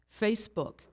Facebook